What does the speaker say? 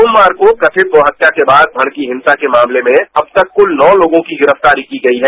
सोमवार को कथित गौ हत्या के बाद षड़की हिंसा के मामले में अबतक क्ल नौ लोगों की गिरफ्तारी की गई है